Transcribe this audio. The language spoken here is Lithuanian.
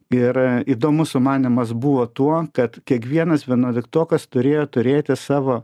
ir įdomus sumanymas buvo tuo kad kiekvienas vienuoliktokas turėjo turėti savo